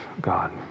god